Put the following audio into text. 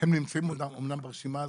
נמצאים אמנם ברשימה הזאת,